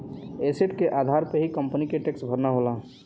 asset के आधार पे ही कंपनी के टैक्स भरना होला